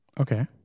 Okay